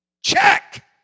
Check